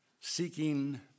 seeking